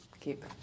keep